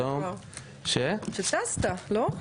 שלום, חשבתי שטסת כבר, שטסת לא?